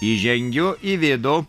įžengiu į vidų